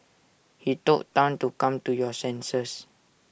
he told Tan to come to your senses